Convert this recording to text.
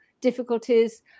difficulties